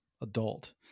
adult